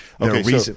Okay